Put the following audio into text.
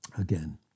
again